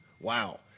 Wow